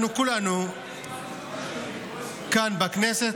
אנחנו, כולנו כאן בכנסת,